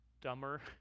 dumber